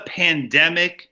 pandemic